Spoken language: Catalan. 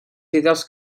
fidels